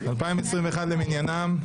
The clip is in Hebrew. -- 2021 למניינם.